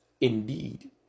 indeed